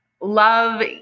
love